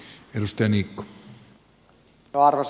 arvoisa puhemies